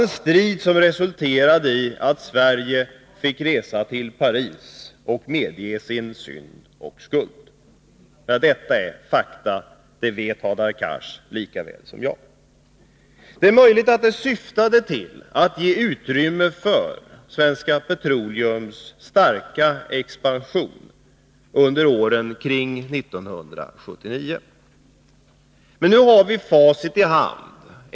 Den resulterade i att vi fick resa till Paris och medge vår skuld. Detta är fakta, det vet Hadar Cars lika väl som jag. : Det är möjligt att den politiken syftade till att ge utrymme för Svenska Petroleums starka expansion under åren kring 1979. Men nu har vi facit i hand.